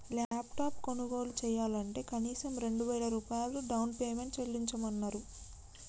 laptop కొనుగోలు చెయ్యాలంటే కనీసం రెండు వేల రూపాయలు డౌన్ పేమెంట్ చెల్లించమన్నరు